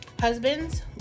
Husbands